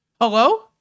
Hello